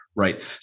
right